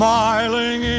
Smiling